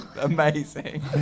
amazing